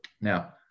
Now